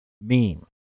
meme